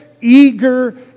eager